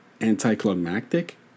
anticlimactic